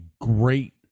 great